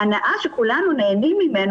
ההנאה שכולנו נהנים ממנה,